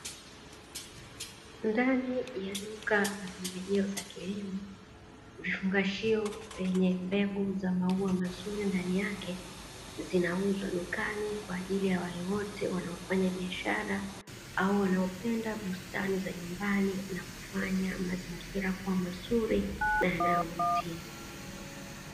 Ndani ya duka la pembejeo za kilimo, vifungashio vyenye mbegu za maua mazuri ndani yake zinauzwa dukani kwa ajili ya wale wote wanaofanya biashara, au wanaopenda bustani za nyumbani na kufanya mazingira kuwa mazuri na yanayovutia.